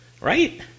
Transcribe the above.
Right